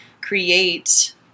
create